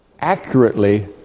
accurately